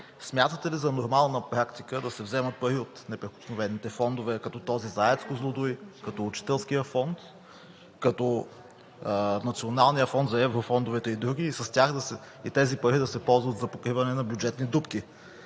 Смятате ли за нормална практика да се вземат пари от неприкосновените фондове, като този за АЕЦ „Козлодуй“, като Учителския фонд, като Националния фонд за еврофондовете и други, и тези пари да се ползват за покриване на бюджетни дупки?